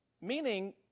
Meaning